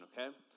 Okay